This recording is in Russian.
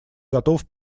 готов